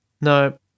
No